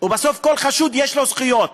ובסוף לכל חשוד יש זכויות.